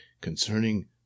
concerning